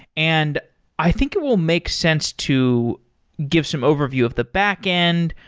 and i think it will make sense to give some overview of the backend,